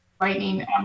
lightning